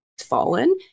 fallen